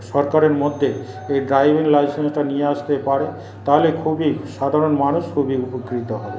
সরকারের মধ্যে এই ড্রাইভিং লাইসেন্সটা নিয়ে আসতে পারে তাহলে খুবই সাধারণ মানুষ খুবই উপকৃত হবে